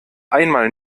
einmal